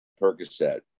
Percocet